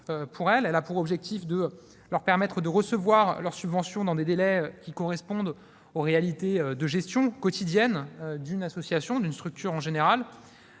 également pour objectif de leur permettre de recevoir leurs subventions dans des délais qui correspondent aux réalités de gestion quotidienne d'une association, et d'une structure en général.